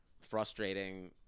frustrating